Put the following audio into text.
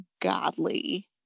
godly